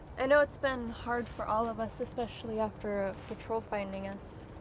i know it's been hard for all of us, especially after a patrol finding us.